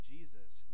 Jesus